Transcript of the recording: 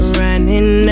running